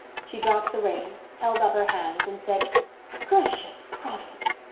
she dropped the reins, held up her hands, and said gracious providence!